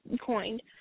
coined